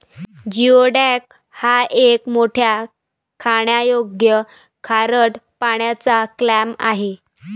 geoduck हा एक मोठा खाण्यायोग्य खारट पाण्याचा क्लॅम आहे